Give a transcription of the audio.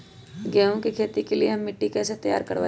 गेंहू की खेती के लिए हम मिट्टी के कैसे तैयार करवाई?